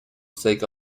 sake